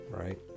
right